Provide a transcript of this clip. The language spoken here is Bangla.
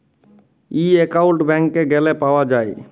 ই একাউল্টট ব্যাংকে গ্যালে পাউয়া যায়